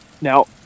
now